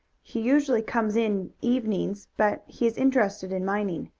he usually comes in evenings, but he is interested in mining.